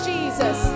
Jesus